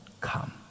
come